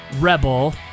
rebel